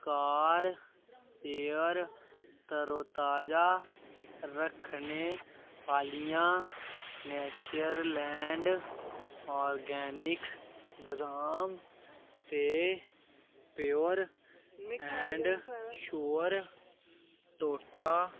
कार air तरोताजा रक्खने आह्लियां नेचर लैंड आरगैनिक्स बदाम ते प्योर एंड शोयर टोटा